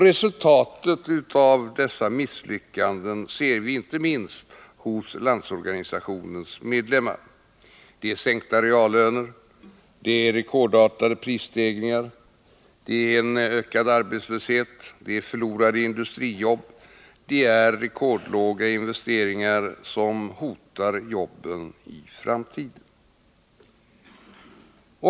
Resultaten av misslyckandena ser vi inte minst hos Landsorganisationens medlemmar: sänkta reallöner, rekordartade prisstegringar, ökad arbetslöshet, förlorade industrijobb och rekordlåga investeringar som hotar jobben i framtiden.